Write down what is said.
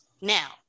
Now